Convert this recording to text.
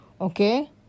okay